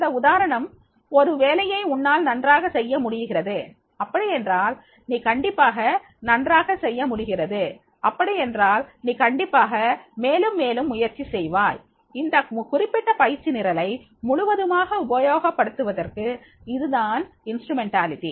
அந்த உதாரணம் ஒரு வேலையை உன்னால் நன்றாக செய்ய முடிகிறது அப்படி என்றால் நீ கண்டிப்பாக மேலும் மேலும் முயற்சி செய்வாய் அந்த குறிப்பிட்ட பயிற்சி நிரலை முழுவதுமாக உபயோகப்படுத்துவதற்கு இதுதான் கருவி